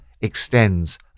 extends